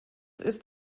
ist